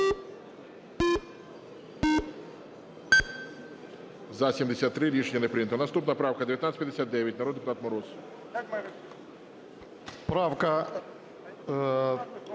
За-73 Рішення не прийнято. Наступна правка 1959. Народний депутат Мороз.